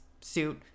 suit